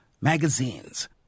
magazines